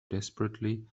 desperately